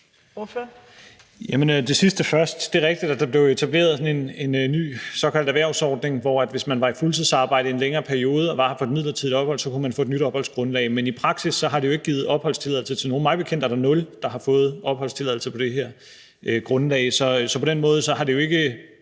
det sidste først: Det var rigtigt, at der blev etableret en ny såkaldt erhvervsordning, hvor man, hvis man var i fuldtidsarbejde i en længere periode og var her på et midlertidigt ophold, så kunne få et nyt opholdsgrundlag, men i praksis har det jo ikke givet opholdstilladelse til nogen. Mig bekendt er der nul, der har fået opholdstilladelse på det her grundlag. Så på den måde har det jo ikke